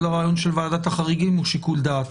כל הרעיון של ועדת החריגים הוא שיקול דעת,